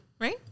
Right